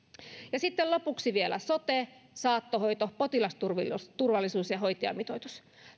sitten lopuksi vielä sote saattohoito potilasturvallisuus ja hoitajamitoitus